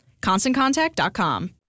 ConstantContact.com